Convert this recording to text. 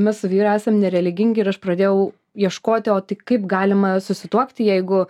mes su vyru esam nereligingi ir aš pradėjau ieškoti o tik kaip galima susituokti jeigu